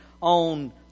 on